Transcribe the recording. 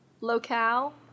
locale